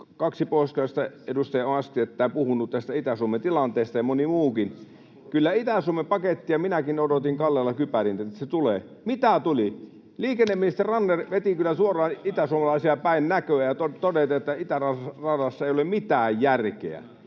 kaksi pohjoiskarjalaista edustajaa äskettäin puhunut tästä Itä-Suomen tilanteesta ja moni muukin. Kyllä Itä-Suomen pakettia minäkin odotin kallella kypärin, että se tulee. Mitä tuli? Liikenneministeri Ranne veti kyllä suoraan itäsuomalaisia päin näköä todeten, että itäradassa ei ole mitään järkeä.